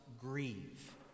grieve